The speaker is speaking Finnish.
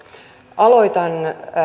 aloitan